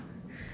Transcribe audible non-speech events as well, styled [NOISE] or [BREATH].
[BREATH]